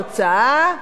היא מתוגמלת.